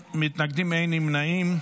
מתנגדים, אין נמנעים.